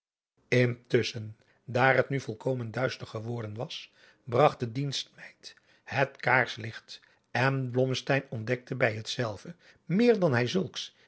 intusschen daar het nu volkomen duister geworden was bragt de dienstmeid het kaarslicht en blommesteyn ontdekte bij hetzelve meer dan hij zulks